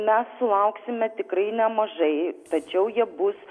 mes sulauksime tikrai nemažai tačiau jie bus